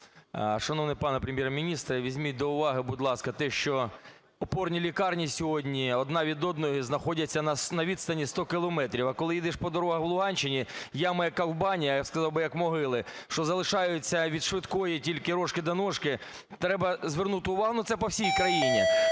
Шановний пане Прем'єр-міністре, візьміть до уваги, будь ласка, те, що опорні лікарні сьогодні одна від одної знаходяться на відстані 100 кілометрів. А коли їдеш по дорогах Луганщини – ями і ковбані, я сказав би, як могили, що залишають від "швидкої" тільки "рожки да ножки". Треба звернути увагу. Ну, це по всій країні.